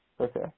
Okay